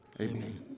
Amen